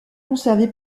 conservé